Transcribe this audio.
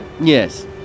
Yes